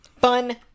Fun